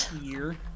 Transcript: year